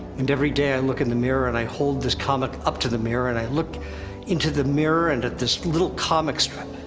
and every day, i look in the mirror, and i hold this comic up to the mirror, and i look into the mirror, and at this little comic strip.